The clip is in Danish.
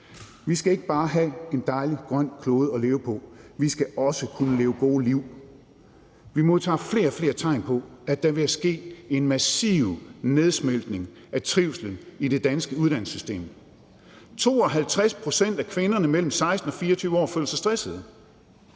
Vi skal ikke bare have en dejlig grøn klode at leve på, vi skal også kunne leve gode liv. Vi modtager flere og flere tegn på, at der er ved at ske en massiv nedsmeltning af trivslen i det danske uddannelsessystem. 52 pct. af kvinderne mellem 16 og 24 år føler sig stressede.